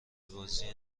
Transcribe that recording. بازی